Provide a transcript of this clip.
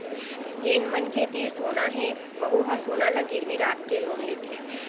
जेन मनखे तीर सोना हे वहूँ ह सोना ल गिरवी राखके लोन लेथे